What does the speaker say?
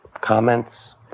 comments